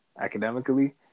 academically